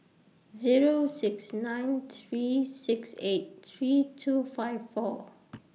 Zero six nine three six eight three two five four